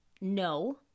no